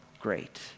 great